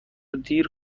دیر